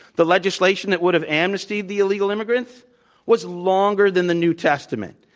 the legislation that would have amnestied the illegal immigrants was longer than the new testament